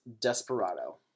desperado